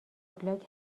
وبلاگ